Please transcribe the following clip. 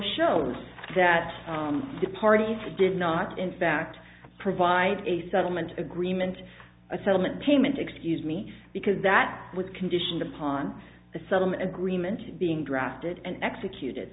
shows that the parties did not in fact provide a settlement agreement a settlement payment excuse me because that was conditioned upon the settlement agreement being drafted and executed